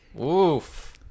Oof